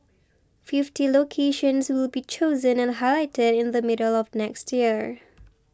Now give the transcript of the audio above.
fifty locations will be chosen and highlighted in the middle of next year